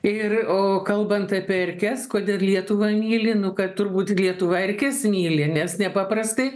ir o kalbant apie erkes kodėl lietuvą myli nu kad turbūt lietuva erkes myli nes nepaprastai